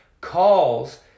calls